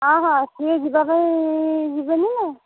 ହଁ ହଁ ସିଏ ଯିବାପାଇଁ ଯିବେନି ନା